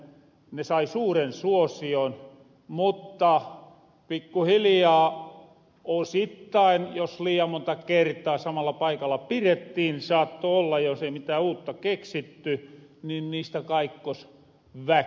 ne sai suuren suosion mutta pikkuhiljaa osittain sen tähden jos liian monta kertaa samalla paikalla pirettiin niin saatto olla jos ei mitään uutta keksitty niistä kaikkos väki